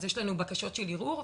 אז יש לנו בקשות של ערעור,